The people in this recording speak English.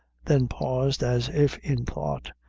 then paused as if in thought,